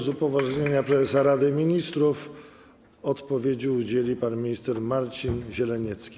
Z upoważnienia prezesa Rady Ministrów odpowiedzi udzieli pan minister Marcin Zieleniecki.